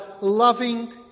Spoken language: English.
loving